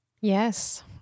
Yes